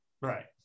Right